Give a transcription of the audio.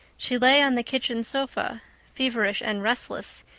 she lay on the kitchen sofa feverish and restless,